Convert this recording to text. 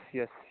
yes